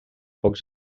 pocs